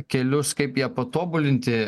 kelius kaip ją patobulinti